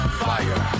fire